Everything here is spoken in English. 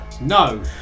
No